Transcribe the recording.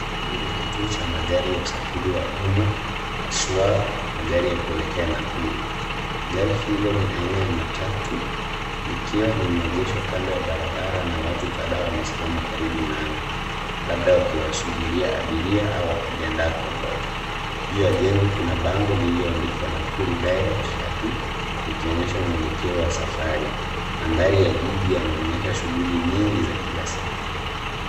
Hii nikituo cha usafiri wa umma haswaa magari ya kuelekea Nakuru. Gari hilo ni aina ya matatu, likiwa limeegeshwa kando ya barabara na watu kadhaa wamesimama karibu nao labda wakiwasubiria abiria au wakijiandaa kuondoka. Juu ya jengo kuna bango lililoandikwa Nakuru direct shuttle likionyesha mwelekeo wa safari. Mandhari ya jiji yanaonyesha shughuli nyingi za kila siku.